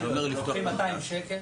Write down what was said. הם לוקחים 200 שקלים